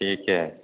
ठीके